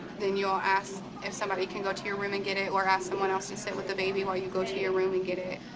then you'll ask if somebody can go to your room and get it or ask someone else to sit with the baby while you go to your room and get it.